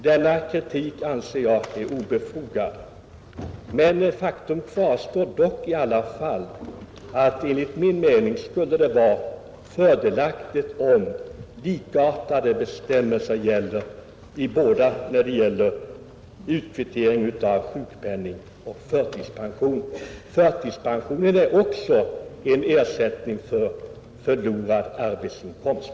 Denna kritik anser jag vara obefogad, men faktum kvarstår dock att det enligt min mening skulle vara fördelaktigt om likartade bestämmelser gällde för utkvittering av sjukpenning och förtidspension. Förtidspensionen är också en ersättning för förlorad arbetsinkomst.